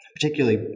Particularly